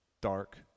Dark